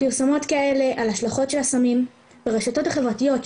פרסומות כאלה על ההשלכות של הסמים ברשתות החברתיות,